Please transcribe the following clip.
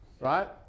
right